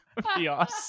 Fios